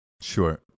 Sure